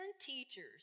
teachers